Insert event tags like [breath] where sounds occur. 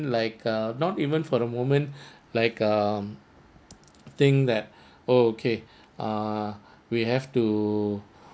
like uh not even for a moment [breath] like um think that [breath] oh okay uh we have to